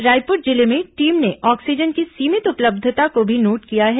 रायपुर जिले में टीम ने ऑक्सीजन की सीमित उपलब्धता को भी नोट किया है